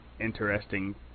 interesting